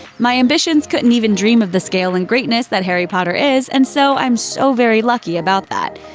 my ambitions couldn't even dream of the scale and greatness that harry potter is, and so, i'm so very lucky about that.